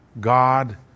God